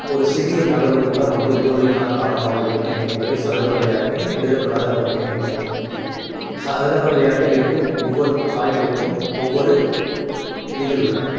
ஒரு சிறிய நகர்வுக்கூட நமது தோல்விக்கான காரணமாக இருக்கும் என்பது சதுரங்க விளையாட்டின் எழுதப்படாத ஒரு நெறிமுறை சதுரங்க விளையாட்டில் இருக்கும் ஒவ்வொரு காய்களுக்கும் ஒவ்வொரு விதிகள் உள்ளன